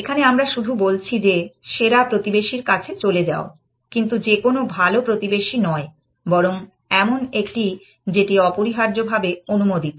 এখানে আমরা শুধু বলছি যে সেরা প্রতিবেশীর কাছে চলে যাও কিন্তু যেকোনো ভালো প্রতিবেশী নয় বরং এমন একটি যেটি অপরিহার্যভাবে অনুমোদিত